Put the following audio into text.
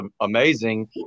amazing